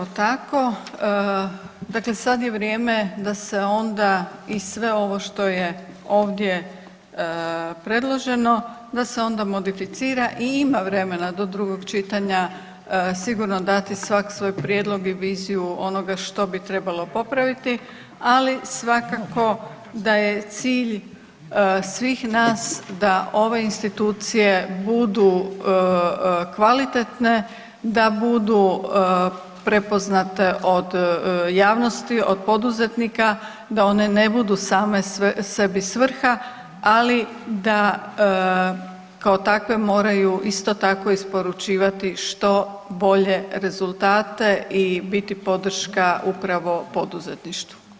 Da, upravo tako, dakle sad je vrijeme da se onda i sve ono što je ovdje predloženo da se onda modificira i ima vremena do drugog čitanja sigurno dati svak svoj prijedlog i viziju onoga što bi trebalo popraviti, ali svakako da je cilj svih nas da ove institucije budu kvalitetne, da budu prepoznate od javnosti, od poduzetnika da one ne budu same sebi svrha, ali da kao takve moraju isto tako isporučivati što bolje rezultate i biti podrška upravo poduzetništvu.